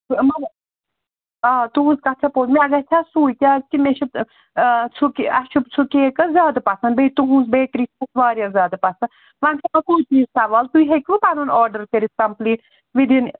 مگر تُہٕنٛز کَتھ چھےٚ پوٚز مےٚ گَژھِ ہہ سُے کیٛازِکہ مےٚ چھِ سُہ کہ اَسہِ چھِ سُہ کیک حظ زیادٕ پَسنٛد بیٚیہِ تُہٕنٛز بیکری چھِ اَسہِ واریاہ زیادٕ پَسنٛد ؤنۍ چھُ اَکُے چیٖز سوال تُہۍ ہٮ۪کِوٕ پَنُن آرڈَر کٔرِتھ کَمپٕلیٖٹ وِد اِن